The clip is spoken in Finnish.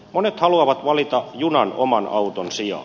monet haluavat valita junan oman auton sijaan